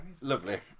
Lovely